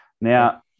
now